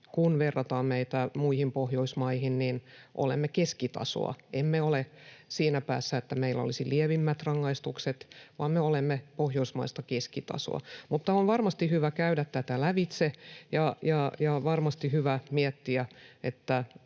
verrataan muihin Pohjoismaihin, olemme keskitasoa. Emme ole siinä päässä, että meillä olisi lievimmät rangaistukset, vaan me olemme pohjoismaista keskitasoa. Mutta on varmasti hyvä käydä tätä lävitse ja varmasti hyvä miettiä, onko